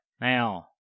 Now